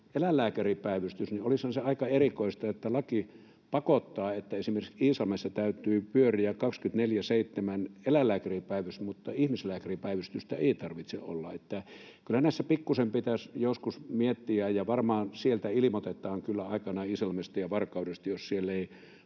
eläinlääkäripäivystys 24/7, niin olisihan se aika erikoista, että laki pakottaa, että esimerkiksi Iisalmessa täytyy pyöriä 24/7 eläinlääkäripäivystys, mutta ihmislääkäripäivystystä ei tarvitse olla. Kyllä näissä pikkusen pitäisi joskus miettiä. Ja varmaan sieltä Iisalmessa ja Varkaudesta ilmoitetaan